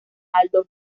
aldo